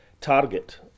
target